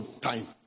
time